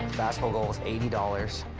basketball goal was eighty dollars.